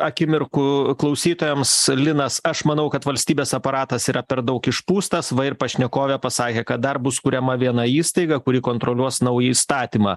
akimirkų klausytojams linas aš manau kad valstybės aparatas yra per daug išpūstas va ir pašnekovė pasakė kad dar bus kuriama viena įstaiga kuri kontroliuos naują įstatymą